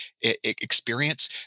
experience